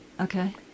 Okay